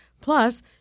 Plus